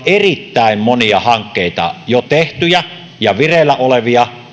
erittäin monia hankkeita jo tehtyjä ja vireillä olevia